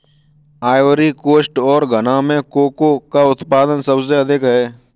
Ivory coast और घना में कोको का उत्पादन सबसे अधिक है